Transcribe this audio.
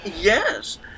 Yes